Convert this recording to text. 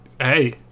Hey